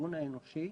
בכיוון האנושי.